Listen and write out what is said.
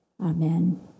amen